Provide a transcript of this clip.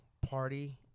party